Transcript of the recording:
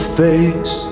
face